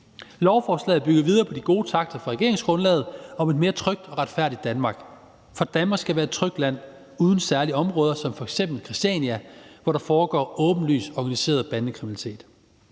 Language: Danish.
Lovforslaget bygger videre på de gode takter fra regeringsgrundlaget om et mere trygt og retfærdigt Danmark. For Danmark skal være et trygt land uden særlige områder, hvor der foregår åbenlys og organiseret bandekriminalitet,